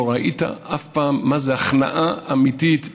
לא ראית אף פעם מה זו הכנעה אמיתית,